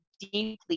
deeply